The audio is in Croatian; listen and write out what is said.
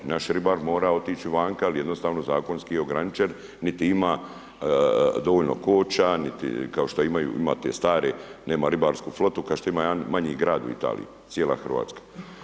Naši ribar mora otići vanka jel je jednostavno zakonski ograničen, niti ima dovoljno koča, niti kao što imaju, ima te stare, nema ribarsku flotu kao što ima jedan manji grad u Italiji, cijela RH.